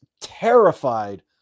terrified